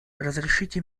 разрешите